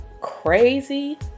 crazy